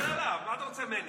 לא, דבר אליו, מה אתה רוצה ממני?